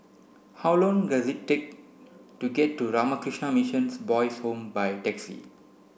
how long does it take to get to Ramakrishna Missions Boys' Home by taxi